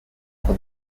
for